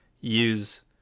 use